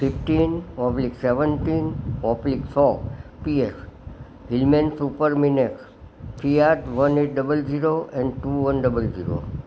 fifteen oblique seventeen oblique so PF Hillman super Minx Kia one eight double zero and two one double zero